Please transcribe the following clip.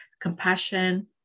compassion